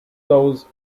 those